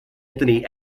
anthony